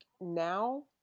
now